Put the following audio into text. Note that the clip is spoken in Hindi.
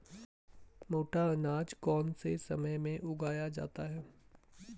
मोटा अनाज कौन से समय में उगाया जाता है?